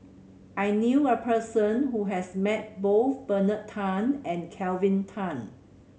I knew a person who has met both Bernard Tan and Kelvin Tan